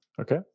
Okay